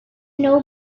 know